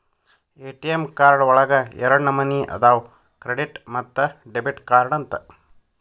ATM card ಒಳಗ ಎರಡ ನಮನಿ ಅದಾವ ಕ್ರೆಡಿಟ್ ಮತ್ತ ಡೆಬಿಟ್ ಕಾರ್ಡ್ ಅಂತ